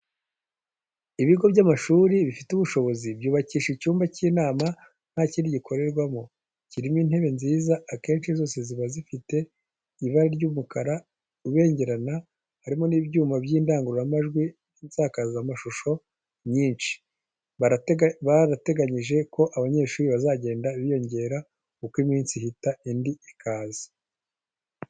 Ibigo by'amashuri bifite ubushobozi byubakisha icyumba cy'inama nta kindi gikorerwamo, kirimo intebe nziza akenshi zose ziba zisa zifite ibara ry'umukara ubengerana, harimo n'ibyuma by'indangururamajwi n'insakazamashusho nyinshi, barateganyije ko abanyeshuri bazagenda biyongera uko iminsi ihita indi ikaza.